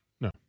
No